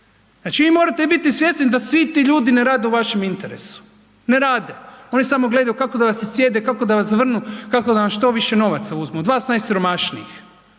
Znači vi morate biti svjesni da svi ti ljudi ne rade u vašem interesu, ne rade. Oni samo gledaju kako da vas iscijede, kako da vas zavrnu, kako da vam što više novaca uzmu od vas najsiromašnijih